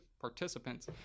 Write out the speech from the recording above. participants